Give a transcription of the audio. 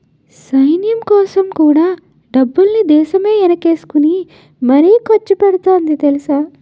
సైన్యంకోసం కూడా డబ్బుల్ని దేశమే ఎనకేసుకుని మరీ ఖర్చుపెడతాంది తెలుసా?